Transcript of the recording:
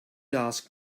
ask